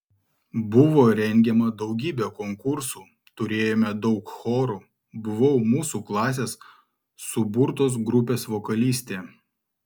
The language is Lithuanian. buvo rengiama daugybė konkursų turėjome daug chorų buvau mūsų klasės suburtos grupės vokalistė